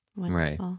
Right